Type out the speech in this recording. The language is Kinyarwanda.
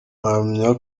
mpamya